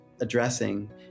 addressing